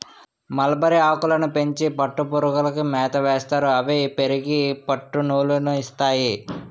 మలబరిఆకులని పెంచి పట్టుపురుగులకి మేతయేస్తారు అవి పెరిగి పట్టునూలు ని ఇస్తాయి